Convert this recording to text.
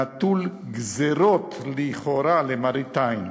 נטול גזירות, לכאורה, למראית עין.